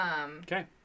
Okay